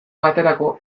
baterako